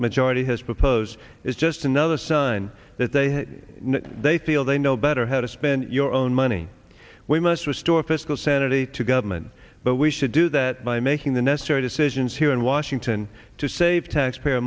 majority has proposed is just another son that they know they feel they know better how to spend your own money we must restore fiscal sanity to government but we should do that by making the necessary decisions here in washington to save taxpayer